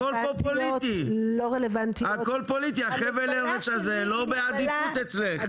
הכל פה פוליטי, חבל הארץ הזה לא בעדיפות אצלך.